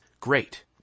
Great